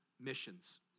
missions